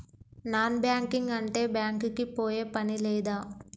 Non banking అంటే bank కి పోయే పని లేదా?